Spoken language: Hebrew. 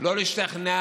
לא להשתכנע